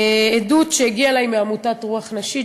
עדות שהגיעה אלי מעמותת "רוח נשית",